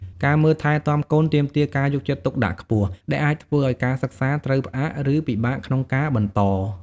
ការមើលថែទាំកូនទាមទារការយកចិត្តទុកដាក់ខ្ពស់ ដែលអាចធ្វើឱ្យការសិក្សាត្រូវផ្អាក ឬពិបាកក្នុងការបន្ត។